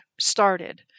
started